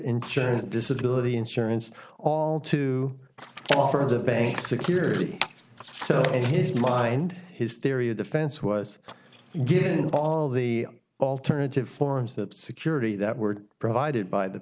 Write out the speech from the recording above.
insurance disability insurance all to offer the bank security so his mind his theory of defense was given all the alternative forms that security that were provided by the